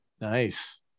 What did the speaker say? Nice